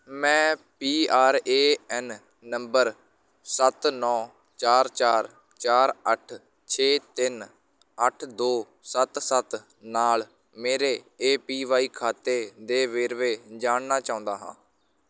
ਮੈਂ P R A N number ਸੱਤ ਨੌਂ ਚਾਰ ਚਾਰ ਚਾਰ ਅੱਠ ਛੇ ਤਿੰਨ ਅੱਠ ਦੋ ਸੱਤ ਸੱਤ ਨਾਲ ਮੇਰੇ ਏ ਪੀ ਵਾਈ ਖਾਤੇ ਦੇ ਵੇਰਵੇ ਜਾਣਨਾ ਚਾਹੁੰਦਾ ਹਾਂ